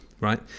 right